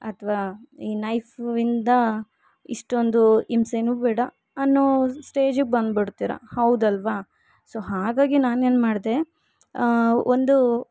ಅಥ್ವಾ ಈ ನೈಫುನಿಂದಾ ಇಷ್ಟೊಂದೂ ಹಿಂಸೆ ಬೇಡ ಅನ್ನೋ ಸ್ಟೇಜಿಗೆ ಬಂದುಬಿಡ್ತಿರಾ ಹೌದಲ್ವಾ ಸೊ ಹಾಗಾಗಿ ನಾನೇನು ಮಾಡಿದೆ ಒಂದು